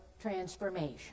transformation